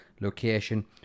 location